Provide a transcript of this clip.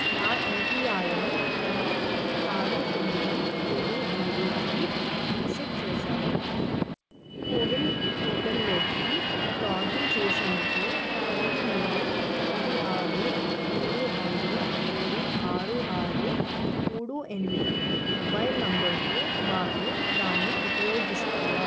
నా ఎంపిఐఎన్ని ఆరు తొమ్మిది ఏడు ఏడుకి రీసెట్ చేశాను కోవిన్ పోర్టల్లోకి లాగిన్ చేసేందుకు తొమ్మిది మూడు తొమ్మిది ఆరు ఏడు ఐదు ఏడు ఆరు ఆరు మూడు ఎనిమిది మొబైల్ నంబర్తో పాటు దాన్ని ఉపయోగిస్తావా